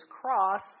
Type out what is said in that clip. cross